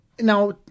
Now